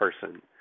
person